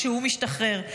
כשהוא משתחרר,